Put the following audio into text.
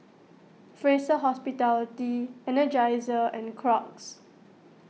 Fraser Hospitality Energizer and Crocs